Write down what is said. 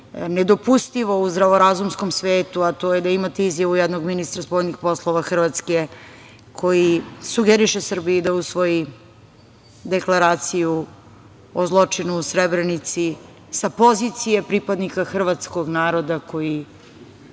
nedopustivo u zdravorazumskom svetu, a to je da imate izjavu jednog ministra spoljnih poslova Hrvatske koji sugeriše Srbiji da usvoji deklaraciju o zločinu u Srebrenici, sa pozicije pripadnika hrvatskog naroda, koji